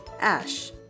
ash